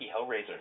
Hellraiser